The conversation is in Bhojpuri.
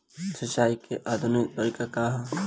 सिंचाई क आधुनिक तरीका का ह?